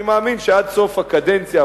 אני מאמין שעד סוף הקדנציה,